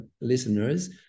listeners